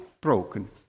broken